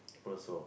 follow also